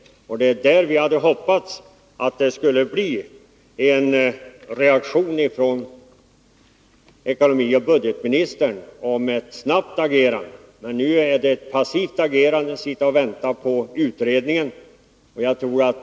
På den punkten hade vi hoppats på en reaktion från ekonomioch budgetministern och även på ett snabbt agerande. Men man agerar passivt, man sitter och väntar på utredningen.